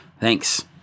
Thanks